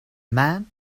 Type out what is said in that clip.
man